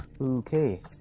Okay